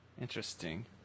Interesting